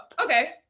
okay